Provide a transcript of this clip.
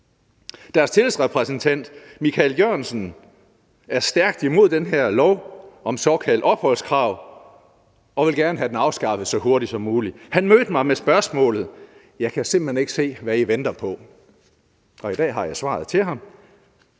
Deres tillidsrepræsentant, Michael Jørgensen, er stærkt imod den her lov om såkaldt opholdskrav og vil gerne have den afskaffet så hurtigt som muligt. Han mødte mig med spørgsmålet: Jeg kan simpelt hen ikke se, hvad I venter på. Og i dag har jeg svaret til ham: